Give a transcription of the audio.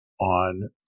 on